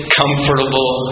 comfortable